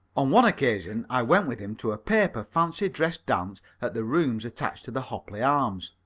on one occasion i went with him to a paper fancy-dress dance at the rooms attached to the hopley arms.